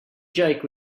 jake